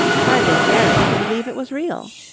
hardly daring to believe it was real.